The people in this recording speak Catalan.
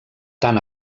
tant